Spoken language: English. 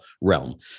realm